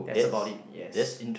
that's about it yes